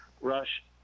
Rush